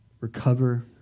Recover